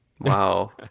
Wow